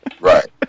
right